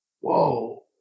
Whoa